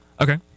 Okay